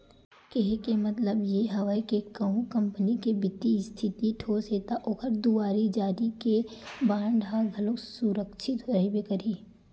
केहे के मतलब ये हवय के कहूँ कंपनी के बित्तीय इस्थिति ठोस हे ता ओखर दुवारी जारी के बांड ह घलोक सुरक्छित रहिबे करही